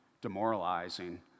demoralizing